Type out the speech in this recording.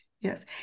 Yes